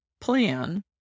plan